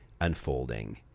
unfolding